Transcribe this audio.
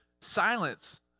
silence